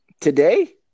Today